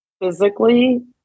physically